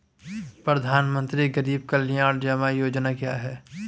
प्रधानमंत्री गरीब कल्याण जमा योजना क्या है?